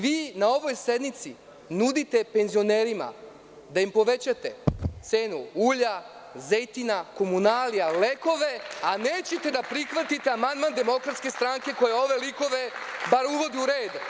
Vi na ovoj sednici nudite penzionerima da im povećate cenu ulja, zejtina, komunalija, lekove, a nećete da prihvatite amandman DS koji ove likove bar uvodi u red.